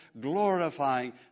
glorifying